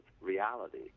reality